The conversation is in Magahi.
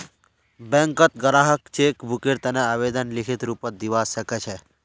बैंकत ग्राहक चेक बुकेर तने आवेदन लिखित रूपत दिवा सकछे